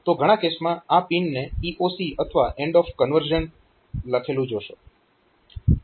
તો ઘણા કેસમાં આ પિનને EOC અથવા એન્ડ ઓફ કન્વર્ઝન લખેલું જોશો